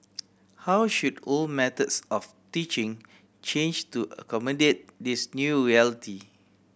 how should old methods of teaching change to accommodate this new reality